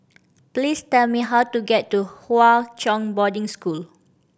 please tell me how to get to Hwa Chong Boarding School